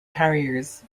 carriers